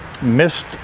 missed